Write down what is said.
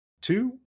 two